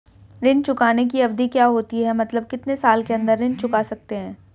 ऋण चुकाने की अवधि क्या होती है मतलब कितने साल के अंदर ऋण चुका सकते हैं?